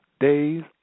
Days